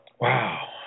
Wow